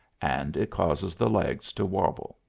and it causes the legs to wobble.